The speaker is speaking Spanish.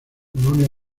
colonia